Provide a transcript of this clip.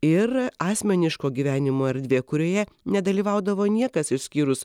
ir asmeniško gyvenimo erdvė kurioje nedalyvaudavo niekas išskyrus